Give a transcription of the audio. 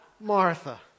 Martha